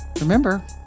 Remember